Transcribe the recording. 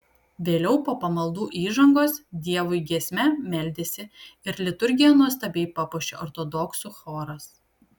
vėliau po pamaldų įžangos dievui giesme meldėsi ir liturgiją nuostabiai papuošė ortodoksų choras